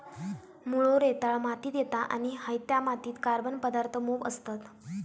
मुळो रेताळ मातीत येता आणि हयत्या मातीत कार्बन पदार्थ मोप असतत